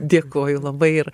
dėkoju labai ir